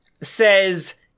says